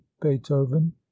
beethoven